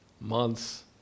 months